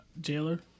jailer